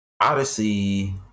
Odyssey